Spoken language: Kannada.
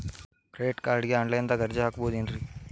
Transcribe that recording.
ಕ್ರೆಡಿಟ್ ಕಾರ್ಡ್ಗೆ ಆನ್ಲೈನ್ ದಾಗ ಅರ್ಜಿ ಹಾಕ್ಬಹುದೇನ್ರಿ?